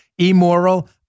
Immoral